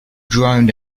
droned